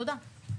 תודה.